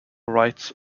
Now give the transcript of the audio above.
rights